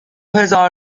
هزار